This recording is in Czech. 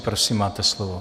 Prosím máte slovo.